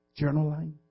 Journaling